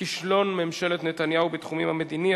כישלון ממשלת נתניהו בתחום המדיני,